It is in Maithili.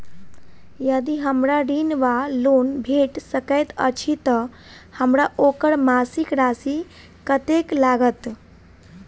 यदि हमरा ऋण वा लोन भेट सकैत अछि तऽ हमरा ओकर मासिक राशि कत्तेक लागत?